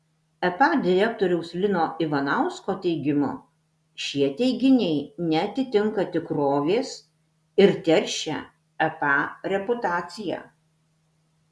epa direktoriaus lino ivanausko teigimu šie teiginiai neatitinka tikrovės ir teršia epa reputaciją